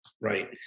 Right